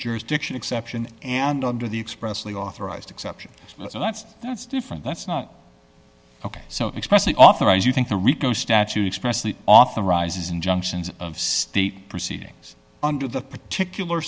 jurisdiction exception and under the expressly authorized exception and that's that's different that's not ok so expressing authorize you think the rico statute expressly authorizes injunctions of state proceedings under the particular